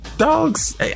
Dogs